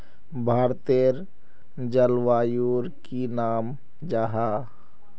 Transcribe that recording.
भारतेर जलवायुर की नाम जाहा?